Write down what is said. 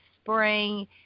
spring